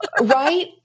Right